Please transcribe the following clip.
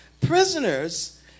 Prisoners